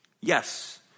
Yes